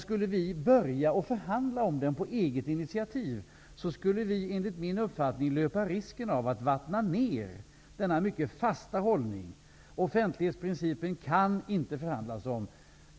Skulle vi börja förhandla om den på eget initiativ skulle vi enligt min uppfattning löpa risken att vattna ur denna mycket fasta hållning. Offentlighetsprincipen kan inte förhandlas.